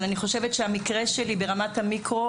אבל אני חושבת שהמקרה שלי ברמת המיקרו,